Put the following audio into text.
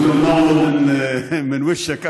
(אומר בערבית: הפנים שלך,